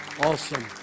Awesome